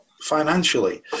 financially